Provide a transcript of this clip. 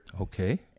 Okay